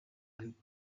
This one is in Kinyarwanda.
aregwa